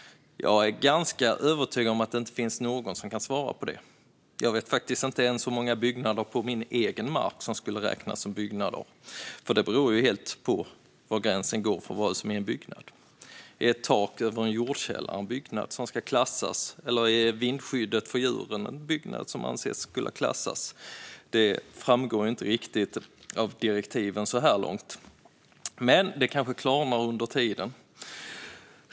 Jag är ganska övertygad om att det inte finns någon som kan svara på det. Jag vet inte ens hur många byggnader på min egen mark som skulle räknas som byggnader, för det beror helt på var gränsen för vad som är en byggnad går. Är ett tak över en jordkällare en byggnad som ska klassas? Eller vindskyddet för djuren? Det framgår inte riktigt av direktiven så här långt, men det kanske klarnar under tiden.